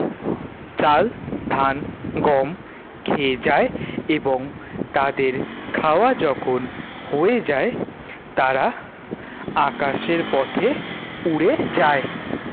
চাল ধান গম খেয়ে যায় এবং তাদের খাওয়া যখন হয়ে যায় তারা আকাশের পথে উড়ে যায়